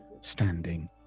standing